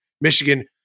Michigan